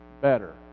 better